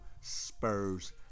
Spurs